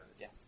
Yes